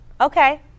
okay